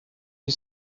you